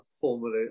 formally